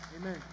amen